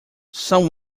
some